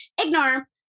Ignore